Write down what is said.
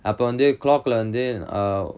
அப்ப வந்து:appa vanthu clock leh வந்து:vanthu